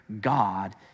God